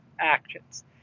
actions